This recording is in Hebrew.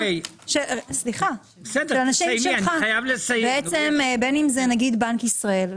בין אם זה נגיד ישראל,